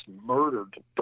murdered